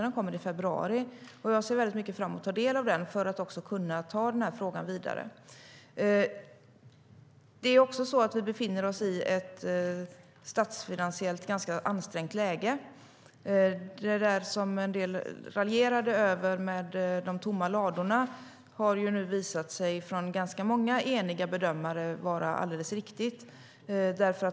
Den kommer i februari, och jag ser mycket fram emot att ta del av den för att kunna ta frågan vidare. Det är också så att vi befinner oss i ett statsfinansiellt ganska ansträngt läge. Det där som en del raljerade över, nämligen de tomma ladorna, har ju nu enligt ganska många eniga bedömare visat sig vara alldeles riktigt.